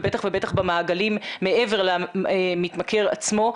ובטח ובטח במעגלים מעבר למתמכר עצמו,